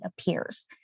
appears